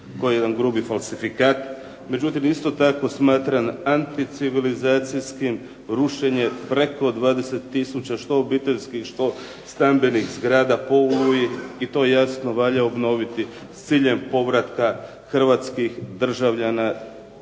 koji je jedan grubi falsifikat. Međutim, isto tako smatram anticivilizacijskim rušenje preko 20 tisuća što obiteljskih što stambenih zgrada po Oluji i to jasno valja obnoviti s ciljem povratka hrvatskih državljana